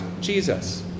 Jesus